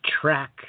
track